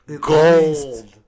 Gold